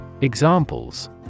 Examples